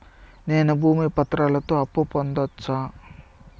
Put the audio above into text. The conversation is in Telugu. నేను భూమి పత్రాలతో అప్పు పొందొచ్చా?